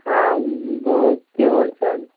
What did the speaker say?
হ্যাঁ ব কে বলছেন